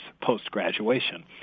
post-graduation